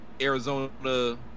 Arizona